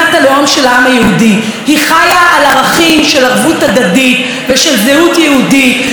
היא חיה על ערכים של ערבות הדדית ושל זהות יהודית ושל חיבור אל הקודש.